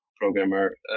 programmer